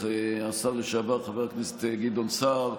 השר לשעבר חבר הכנסת גדעון סער,